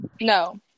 No